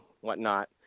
whatnot